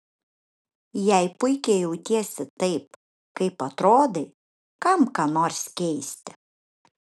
jei puikiai jautiesi taip kaip atrodai kam ką nors keisti